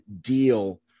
deal